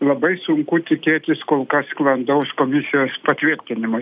labai sunku tikėtis kol kas sklandaus komisijos patvirtinimo